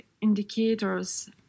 indicators